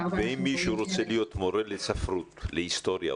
אם מישהו רוצה להיות מורה לספרות או להיסטוריה,